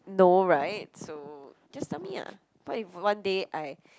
no right so just tell me ah what if one day I